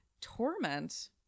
torment